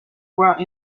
brought